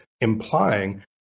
implying